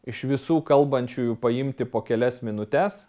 iš visų kalbančiųjų paimti po kelias minutes